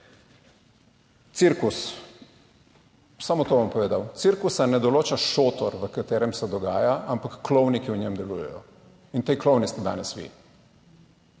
Cirkus, samo to bom povedal. Cirkusa ne določa šotor, v katerem se dogaja, ampak klovni, ki v njem delujejo, in ti klovni ste danes vi.